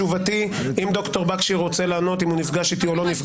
אם ד"ר בקשי רוצה לענות אם הוא נפגש איתי או לא,